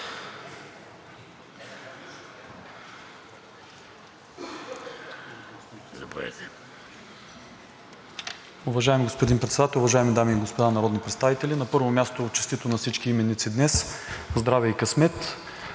Уважаеми господин Председател, уважаеми дами и господа народни представители! На първо място, честито на всички именици днес – здраве и късмет,